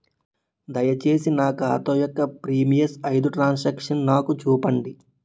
దయచేసి నా ఖాతా యొక్క ప్రీవియస్ ఐదు ట్రాన్ సాంక్షన్ నాకు చూపండి